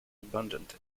abundant